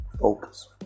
focus